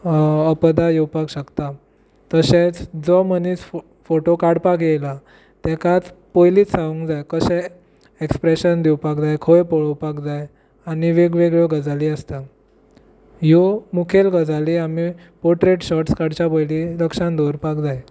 अपदा येवपाक शकता तशेंच जो मनीस फो फोटो काडपाक येयला तेकाच पयलीच सांगूंक जाय कशें ऍक्स्प्रेशन दिवपाक जाय खंय पळोवपाक जाय आनी वेग वेगळ्यो गजाली आसता ह्यो मुखेल गजाली आमी पोर्ट्रेट शॉट्स काडच्या पयली लक्षांत दवरपाक जाय